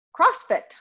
crossfit